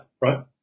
right